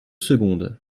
secondes